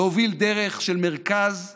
להוביל דרך של מרכז לאומי,